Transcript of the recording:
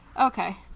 Okay